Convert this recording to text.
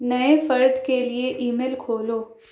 نئے فرد کے لیے ای میل کھولو